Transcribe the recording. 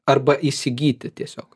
arba įsigyti tiesiog